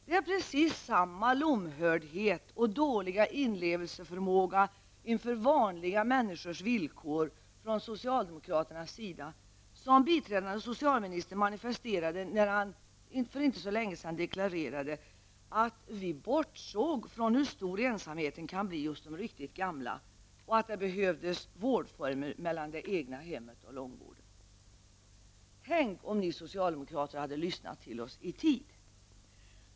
Det är precis samma lomhördhet och dåliga inlevelseförmåga inför vanliga människors villkor från socialdemokraternas sida som biträdande socialministern manifesterade när han för inte så länge sedan deklarerade att man hade bortsett från hur stor ensamheten kunde bli hos de riktigt gamla och att det behövdes vårdformer mellan det egna hemmet och långvården. Tänk om ni socialdemokrater hade lyssnat till oss i tid!